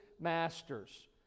master's